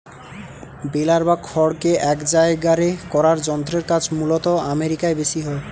বেলার বা খড়কে এক জায়গারে করার যন্ত্রের কাজ মূলতঃ আমেরিকায় বেশি হয়